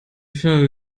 schon